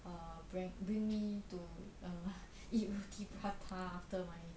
err bring bring me to uh eat uh roti prata after my